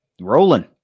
Rolling